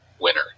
winner